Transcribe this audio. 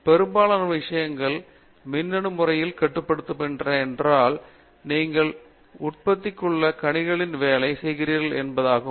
பெரும்பாலான விஷயங்கள் மின்னணு முறையில் கட்டுப்படுத்தப்படுகின்றன என்றால் நீங்கள் உட்பொதிக்கப்பட்ட கணினிகளில் வேலை செய்கிறீர்கள் என்பதாகும்